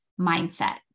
mindset